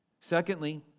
Secondly